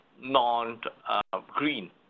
non-green